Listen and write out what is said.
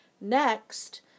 Next